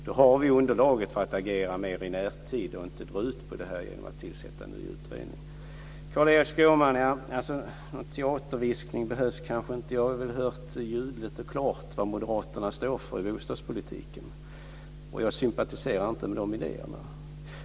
Då har vi underlag för att agera mer i närtid och inte dra ut på det genom att tillsätta en ny utredning. Jag tror inte att det behövs en teaterviskning, Carl Erik Skårman. Jag har hört ljudligt och klart vad moderaterna står för i bostadspolitiken, och jag sympatiserar inte med de idéerna.